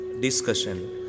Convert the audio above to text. discussion